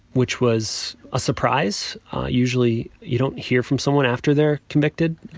which was a surprise usually you don't hear from someone after they're convicted